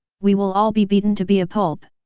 we will all be beaten to be a pulp.